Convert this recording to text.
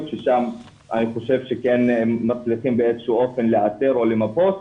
ששם אני חושב שכן מצליחים באיזשהו אופן לאתר או למפות,